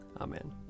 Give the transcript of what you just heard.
Amen